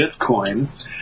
Bitcoin